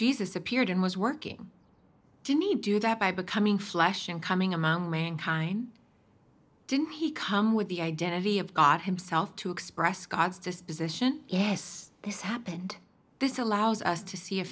jesus appeared and was working to me do that by becoming flesh in coming among mankind didn't he come with the identity of god himself to express god's disposition yes this happened this allows us to see a